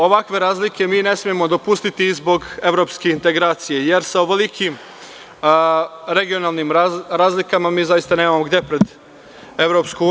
Ovakve razlike mi ne smemo dopustiti zbog evropskih integracija, jer sa ovolikim regionalnim razlikama mi zaista nemamo gde pred EU.